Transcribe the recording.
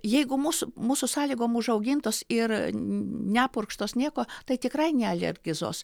jeigu mūsų mūsų sąlygom užaugintos ir nepurkštos nieko tai tikrai nealergizuos